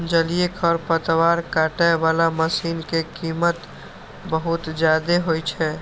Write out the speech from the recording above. जलीय खरपतवार काटै बला मशीन के कीमत बहुत जादे होइ छै